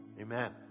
Amen